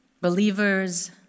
believers